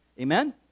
Amen